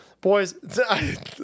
Boys